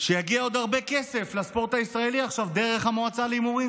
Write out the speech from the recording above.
שיגיע עוד הרבה כסף לספורט הישראלי עכשיו דרך המועצה להימורים.